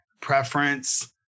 preference